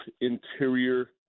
interior